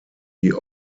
die